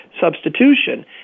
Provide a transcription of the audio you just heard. substitution